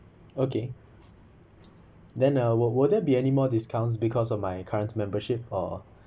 okay then were were there be any more discounts because of my current membership or